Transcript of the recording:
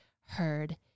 heard